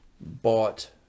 bought